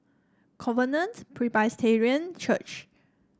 Covenant Presbyterian Church